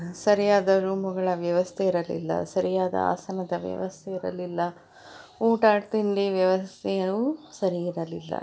ಸರಿಯಾದ ರೂಮುಗಳ ವ್ಯವಸ್ಥೆ ಇರಲಿಲ್ಲ ಸರಿಯಾದ ಆಸನದ ವ್ಯವಸ್ಥೆ ಇರಲಿಲ್ಲ ಊಟ ತಿಂಡಿ ವ್ಯವಸ್ಥೆಯು ಸರಿ ಇರಲಿಲ್ಲ